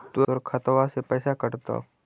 तोर खतबा से पैसा कटतो?